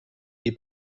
die